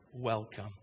welcome